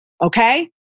okay